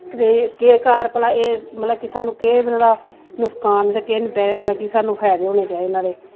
के घर भला एह् मतलव कि सानु केह् एह्दा नुसकान ते केह् मतलव कि सानु फायदे होने चाहिदे नाह्ड़े